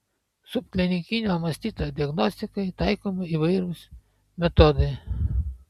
subklinikinio mastito diagnostikai taikomi įvairūs metodai